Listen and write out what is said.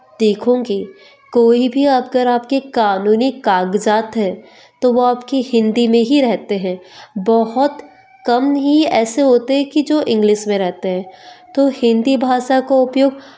देखोगे कोई भी अगर आपके कानूनी कागजात हैं तो वो आपकी हिंदी में ही रहते हैं बहुत कम ही ऐसे होते हैं कि जो इंग्लिश में रहते हैं तो हिंदी भाषा का उपयोग